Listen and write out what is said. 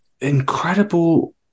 incredible